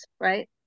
right